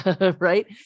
right